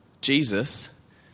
Jesus